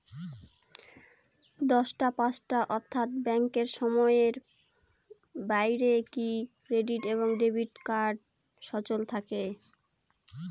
দশটা পাঁচটা অর্থ্যাত ব্যাংকের সময়ের বাইরে কি ক্রেডিট এবং ডেবিট কার্ড সচল থাকে?